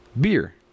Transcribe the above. Beer